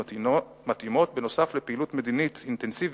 מתאימות נוסף על פעילות מדינית אינטנסיבית,